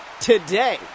today